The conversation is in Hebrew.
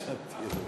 נרשמתי.